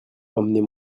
emmenez